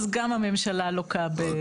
אז גם הממשלה לוקה בזה.